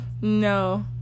No